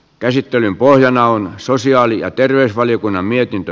käsittelyn pohjana on sosiaali ja terveysvaliokunnan mietintö